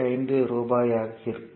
5 ரூபாயாக இருக்கும்